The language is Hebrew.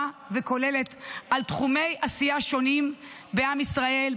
וכוללת על תחומי עשייה שונים בעם ישראל,